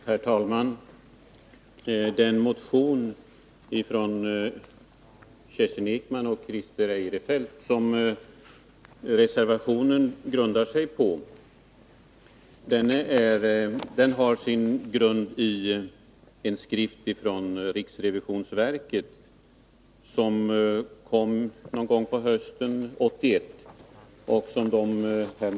bruksdepartemen 7; É 3 ä : Herr talman! Den motion av Kerstin Ekman och Christer Eirefelt som tets verksamhetsreservationen bygger på har sin grund i en skrift från riksrevisionsverket, som — område utkom någon gång på hösten 1981.